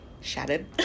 shattered